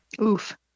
Oof